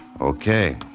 Okay